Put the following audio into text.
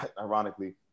ironically